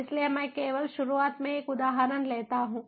इसलिए मैं केवल शुरुआत में एक उदाहरण लेता हूं